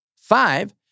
Five